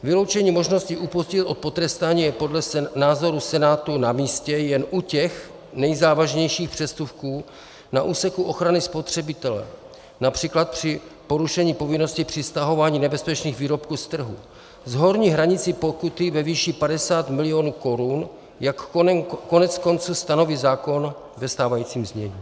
Vyloučení možnosti upustit od potrestání je podle názoru Senátu namístě jen u těch nejzávažnějších přestupků na úseku ochrany spotřebitele, například při porušení povinností při stahování nebezpečných výrobků z trhu s horní hranicí pokuty ve výši 50 milionů korun, jak koneckonců stanoví zákon ve stávajícím znění.